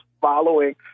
following